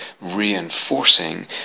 reinforcing